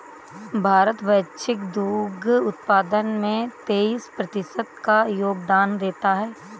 भारत वैश्विक दुग्ध उत्पादन में तेईस प्रतिशत का योगदान देता है